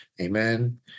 Amen